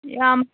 ꯌꯥꯝ